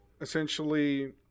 essentially